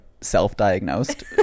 self-diagnosed